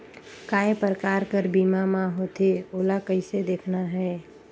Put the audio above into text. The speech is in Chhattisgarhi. काय प्रकार कर बीमा मा होथे? ओला कइसे देखना है?